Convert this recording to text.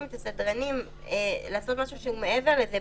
ואת הסדרנים לעשות משהו שהוא מעבר לזה,